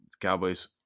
Cowboys